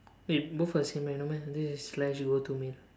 wait both are the same meh no meh this is slash go to meal